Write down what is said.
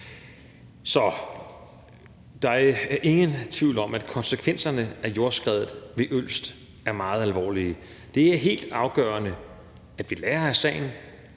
Så der er ingen tvivl om, at konsekvenserne af jordskreddet ved Ølst er meget alvorlige. Det er helt afgørende, at vi lærer af sagen,